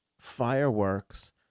fireworks